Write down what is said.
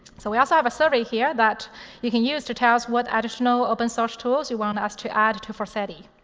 so we also have a survey here that you can use to tell us what additional open source tools you want us to add to forseti.